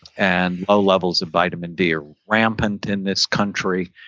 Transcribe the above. and ah levels of vitamin d are rampant in this country.